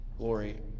glory